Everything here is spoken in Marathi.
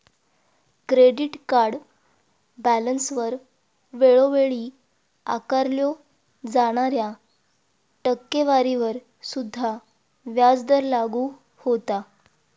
क्रेडिट कार्ड बॅलन्सवर वेळोवेळी आकारल्यो जाणाऱ्या टक्केवारीवर सुद्धा व्याजदर लागू होता